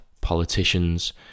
politicians